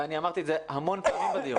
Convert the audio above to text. ואני אמרתי את זה המון פעמים בדיון.